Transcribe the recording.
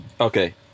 Okay